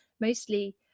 mostly